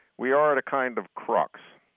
we are at a kind of crux.